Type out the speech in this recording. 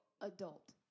adult